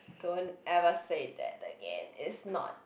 don't ever say that again it's not